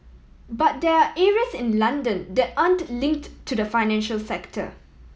but there are areas in London that aren't linked to the financial sector